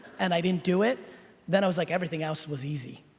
and i didn't do it then i was like everything else was easy.